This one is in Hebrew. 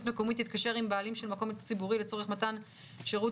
מקומית תתקשר עם בעלים של מקום ציבורי לצורך מתן שירות